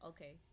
Okay